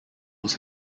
was